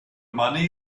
money